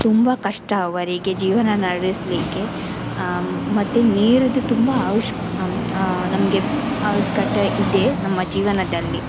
ತುಂಬ ಕಷ್ಟ ಅವರಿಗೆ ಜೀವನ ನಡೆಸಲಿಕ್ಕೆ ಮತ್ತು ನೀರಿನದ್ದು ತುಂಬ ಅವಶ್ ನಮಗೆ ಅವಶ್ಯಕತೆ ಇದೆ ನಮ್ಮ ಜೀವನದಲ್ಲಿ